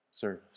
service